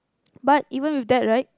but even with that right